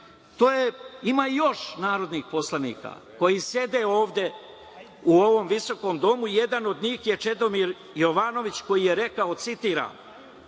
to kažem, ima još narodnih poslanika koji sede ovde u ovom visokom domu i jedan od njih je Čedomir Jovanović, koji je rekao, citiram,